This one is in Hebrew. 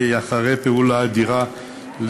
היא אחרי פעולה אדירה,